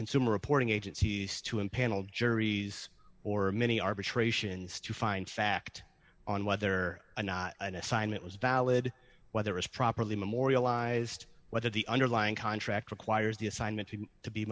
consumer reporting agencies to impanel juries or many arbitrations to find fact on whether or not an assignment was valid whether it's properly memorialized whether the underlying contract requires the assignment to be